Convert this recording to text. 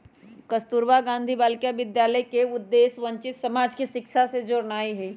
कस्तूरबा गांधी बालिका विद्यालय के उद्देश्य वंचित समाज के शिक्षा से जोड़नाइ हइ